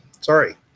Sorry